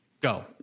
Go